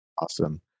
awesome